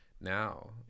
now